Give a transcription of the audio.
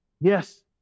Yes